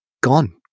gone